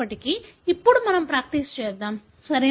ఇప్పుడు మనం ప్రాక్టీస్ చేద్దాం సరేనా